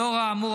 לאור האמור,